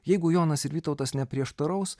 jeigu jonas ir vytautas neprieštaraus